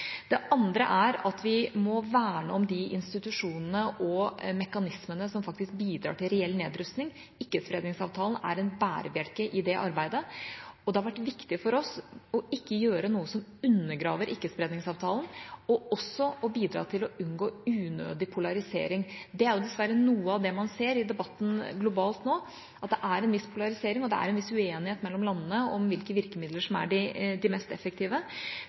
Det andre er at vi må verne om de institusjonene og mekanismene som faktisk bidrar til reell nedrustning. Ikkespredningsavtalen er en bærebjelke i det arbeidet. Det har vært viktig for oss ikke å gjøre noe som undergraver Ikkespredningsavtalen, og også å bidra til å unngå unødig polarisering. Det er dessverre noe av det man ser i debatten globalt nå, at det er en viss polarisering, og at det er en viss uenighet mellom landene om hvilke virkemidler som er de mest effektive.